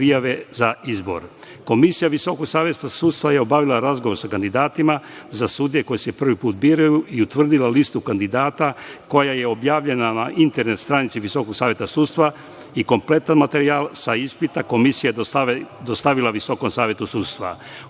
izbor. Komisija Visokog saveta sudstva je obavila razgovor sa kandidatima za sudije koji se prvi put biraju i utvrdila listu kandidata, koja je objavljena na internet stranici Visokog saveta sudstva i kompletan materijal sa ispita Komisija je dostavila Visokom savetu sudstva.U